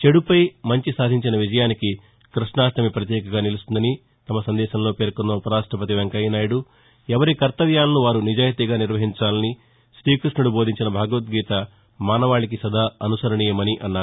చెడుపై మంచి సాధించిన విజయానికి కృష్ణాష్ణమి ప్రతీకగా నిలుస్తుందని తమ సందేశంలో పేర్కొన్న ఉప రాష్టపతి వెంకయ్యనాయుడుఎవరి కర్తవ్యాలను వారు నిజాయితీగా నిర్వహించాలని శ్రీకృష్ణుడు బోధించిన భగవద్గీత మానవాళికి సదా అనుసరణీయమని అన్నారు